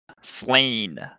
Slain